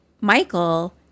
Michael